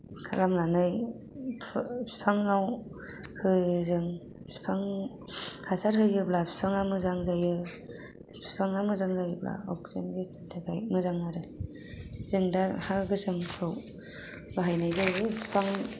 खालामनानै बिफाङाव होयो जों बिफां हासार होयोब्ला बिफाङा मोजां जायो बिफाङा मोजां जायोब्ला अक्सिजेन गेसनि थाखाय मोजां आरो जों दा हा गोसोमखौ बाहायनाय जायो बिफां